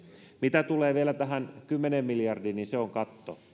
mitä tulee vielä tähän kymmeneen miljardiin niin se on katto